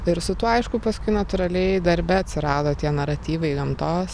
ir su tuo aišku paskui natūraliai darbe atsirado tie naratyvai gamtos